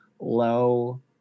low